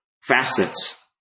facets